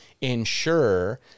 ensure